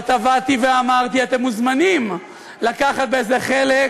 כבר תבעתי ואמרתי: אתם מוזמנים לקחת בזה חלק,